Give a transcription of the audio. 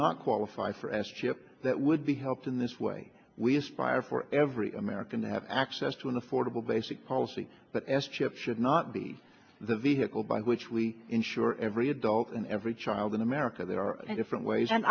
not qualify for s chip that would be helped in this way we aspire for every american to have access to an affordable basic policy that s chip should not be the vehicle by which we insure every adult in every child in america there are different ways and